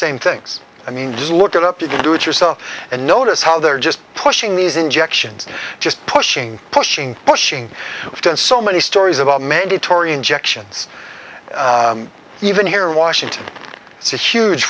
same things i mean just look it up to do it yourself and notice how they're just pushing these injections just pushing pushing pushing down so many stories about mandatory injections even here in washington it's a huge